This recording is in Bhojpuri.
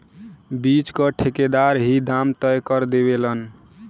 बीच क ठेकेदार ही दाम तय कर देवलन